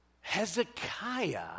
Hezekiah